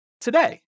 today